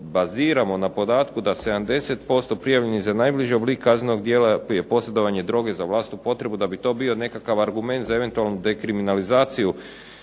baziramo na podatku da 70% prijavljenih za najblaži oblik kaznenog djela prije posjedovanja droge za vlastitu potrebu, da bi to bio nekakav argument za eventualnu dekriminalizaciju